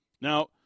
Now